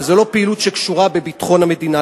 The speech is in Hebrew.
וזה לא פעילות שקשורה בביטחון המדינה.